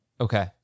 Okay